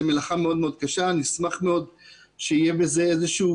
מלאכה מאוד מאוד קשה ונשמח מאוד אם תהיה רגולציה.